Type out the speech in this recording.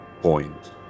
point